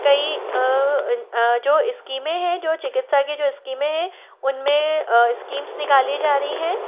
कई जो इस्कीमें हैं जो चिकित्सा के जो इस्कीमें हैं उन में इस्कीम्स निकाली जा रही हैं